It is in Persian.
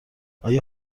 آیا